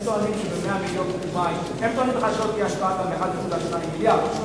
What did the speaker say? הם טוענים שלא תהיה השפעה גם ב-1.2 מיליארד,